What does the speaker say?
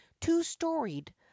two-storied